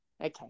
Okay